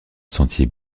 sentier